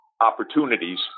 opportunities